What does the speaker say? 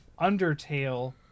Undertale